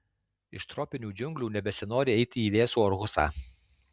iš tropinių džiunglių nebesinori eiti į vėsų orhusą